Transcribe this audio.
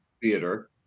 Theater